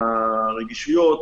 מהרגישויות,